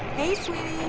hey sweetie!